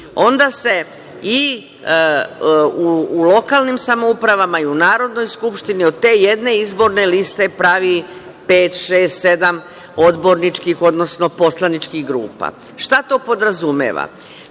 Onda se i u lokalnim samoupravama i u Narodnoj skupštini od te jedne izborne liste pravi pet, šest, sedam odborničkih, odnosno poslaničkih grupa. Šta to podrazumeva?